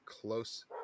close